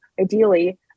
ideally